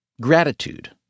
Gratitude